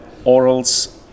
orals